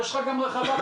יש לך מקום בחוץ,